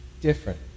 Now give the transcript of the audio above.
different